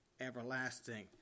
everlasting